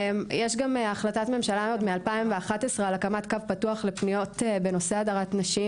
יש גם החלטת ממשלה מ-2011 על הקמת קו פתוח לפניות בנושא הדרת נשים.